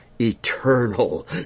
eternal